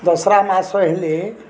ଦଶହରା ମାସ ହେଲେ